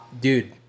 Dude